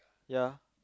ya